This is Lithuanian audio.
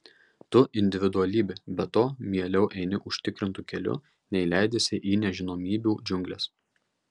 tu individualybė be to mieliau eini užtikrintu keliu nei leidiesi į nežinomybių džiungles